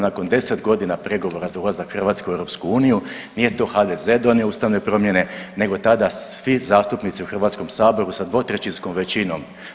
Nakon 10 godina pregovora za ulazak Hrvatske u EU nije to HDZ donio ustavne promjene nego tada svi zastupnici u Hrvatskom saboru sa 2/3 većinom.